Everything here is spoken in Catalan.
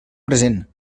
present